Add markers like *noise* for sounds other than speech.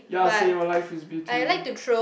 ya same I like frisbee too *breath*